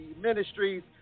ministries